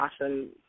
awesome